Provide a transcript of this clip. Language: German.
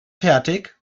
fertig